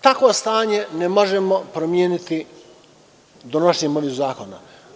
Takvo stanje ne možemo promeniti donošenjem novih zakona.